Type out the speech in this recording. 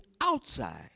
outside